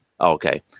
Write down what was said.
Okay